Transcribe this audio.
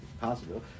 possible